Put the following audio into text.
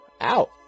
out